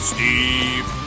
Steve